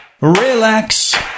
Relax